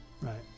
Right